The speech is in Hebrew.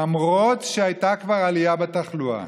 למרות שהייתה כבר עלייה בתחלואה.